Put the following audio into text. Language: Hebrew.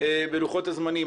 בלוחות הזמנים.